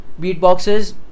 beatboxes